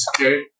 okay